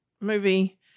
movie